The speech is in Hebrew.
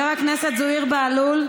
התלבשת מאוד יפה,